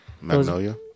Magnolia